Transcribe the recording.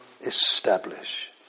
establish